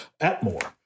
Atmore